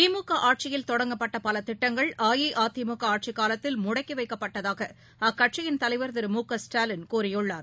திமுக ஆட்சியில் தொடங்கப்பட்ட பல திட்டங்கள் அஇஅதிமுக ஆட்சிக்காலத்தில் முடக்கி வைக்கப்பட்டதாக அக்கட்சியின் தலைவர் திரு மு க ஸ்டாலின் கூறியுள்ளார்